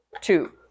two